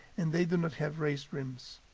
and they do not have raised rims.